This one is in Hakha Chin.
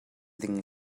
ding